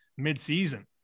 midseason